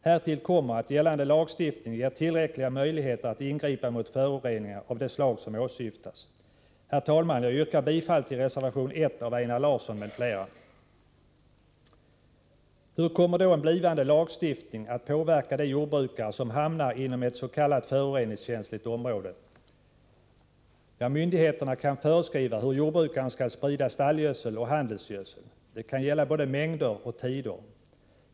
Härtill kommer att gällande lagstiftning ger tillräckliga möjligheter att ingripa mot föroreningar av det slag som åsyftas. Herr talman! Jag yrkar bifall till reservation 1 av Einar Larsson m.fl. Hur kommer då en blivande lagstiftning att påverka de jordbrukare som hamnar inom ett s.k. föroreningskänsligt område? Ja, myndigheterna kan föreskriva hur jordbrukaren skall sprida stallgödsel och handelsgödsel. Det kan gälla både mängder och tider.